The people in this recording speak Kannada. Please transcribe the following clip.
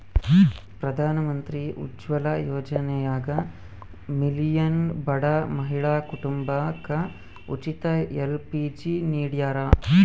ಪ್ರಧಾನಮಂತ್ರಿ ಉಜ್ವಲ ಯೋಜನ್ಯಾಗ ಮಿಲಿಯನ್ ಬಡ ಮಹಿಳಾ ಕುಟುಂಬಕ ಉಚಿತ ಎಲ್.ಪಿ.ಜಿ ನಿಡ್ಯಾರ